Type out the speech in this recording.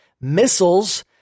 missiles